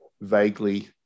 vaguely